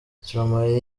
stromae